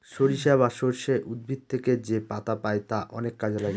সরিষা বা সর্ষে উদ্ভিদ থেকে যেপাতা পাই তা অনেক কাজে লাগে